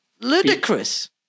ludicrous